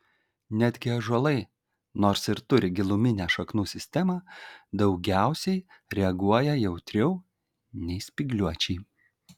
netgi ąžuolai nors ir turi giluminę šaknų sistemą daugiausiai reaguoja jautriau nei spygliuočiai